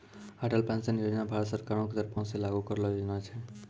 Atal pension योजना भारत सरकारो के तरफो से लागू करलो योजना छै